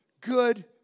good